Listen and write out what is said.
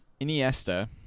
Iniesta